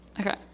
Okay